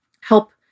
help